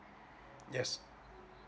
yes